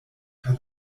per